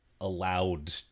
allowed